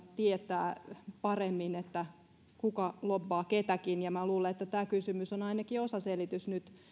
tietää paremmin kuka lobbaa ketäkin minä luulen että tämä kysymys on ainakin osaselitys nyt